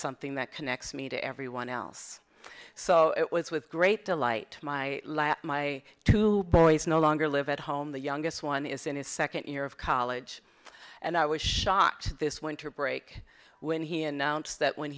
something that connects me to everyone else so it was with great delight my my two boys no longer live at home the youngest one is in his second year of college and i was shocked this winter break when he announced that when